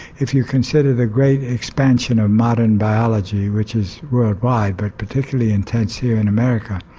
if you consider the great expansion of modern biology, which is worldwide but particularly intense here in america,